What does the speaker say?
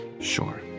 Sure